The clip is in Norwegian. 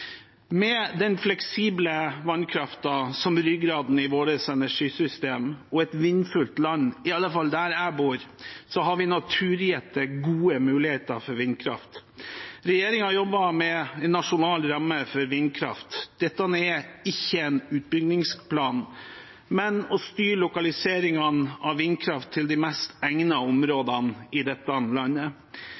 Med den fleksible vannkraften som ryggraden i vårt energisystem, og et vindfullt land – i alle fall der jeg bor – har vi naturgitte, gode muligheter for vindkraft. Regjeringen jobber med en nasjonal ramme for vindkraft. Dette er ikke en utbyggingsplan, men å styre lokaliseringene av vindkraft til de mest egnede områdene i dette landet.